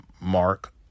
mark